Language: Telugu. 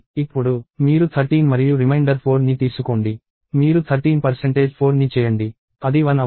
ఇప్పుడు మీరు 13 మరియు రిమైండర్ 4 ని తీసుకోండి మీరు 13 4 ని చేయండి అది 1 అవుతుంది